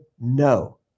no